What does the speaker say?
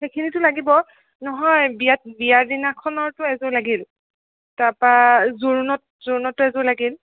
সেইখিনিতো লাগিব নহয় বিয়াত বিয়াৰ দিনাখনৰতো এযোৰ লাগিল তাৰ পৰা জোৰোণত জোৰোণতো এযোৰ লাগিল